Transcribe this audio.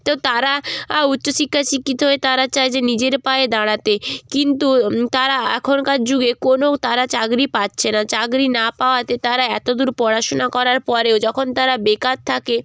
তো তারা আ উচ্চশিক্ষায় শিক্ষিত হয়ে তারা চায় যে নিজের পায়ে দাঁড়াতে কিন্তু তারা এখনকার যুগে কোনো তারা চাকরি পাচ্ছে না চাকরি না পাওয়াতে তারা এত দূর পড়াশুনা করার পরেও যখন তারা বেকার থাকে